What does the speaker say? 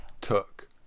took